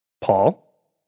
Paul